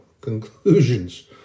conclusions